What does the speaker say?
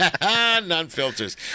Non-filters